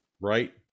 right